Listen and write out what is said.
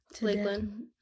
Lakeland